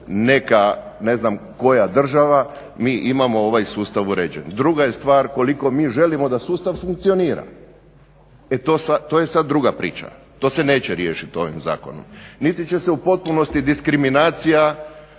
neka ne znam koja država, mi imamo ovaj sustav uređen. Druga je stvar koliko mi želimo da sustav funkcionira. E to je sad druga priča. To se neće riješiti ovim zakonom niti će se u potpunosti diskriminacija